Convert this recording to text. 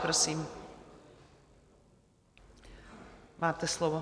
Prosím, máte slovo.